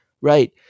right